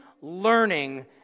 learning